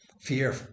Fear